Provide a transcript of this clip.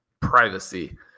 privacy